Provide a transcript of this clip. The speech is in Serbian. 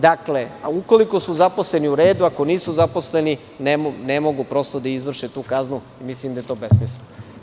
Dakle, ukoliko su zaposleni u redu, ako nisu zaposleni ne mogu, prosto da izvrše tu kaznu, mislim da je to besmisleno.